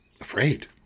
afraid